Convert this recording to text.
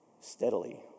steadily